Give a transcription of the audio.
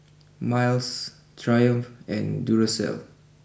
miles Triumph and Duracell